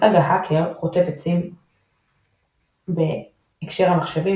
מושג ההאקר - חוטב עצים בהקשר המחשבים,